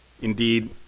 Indeed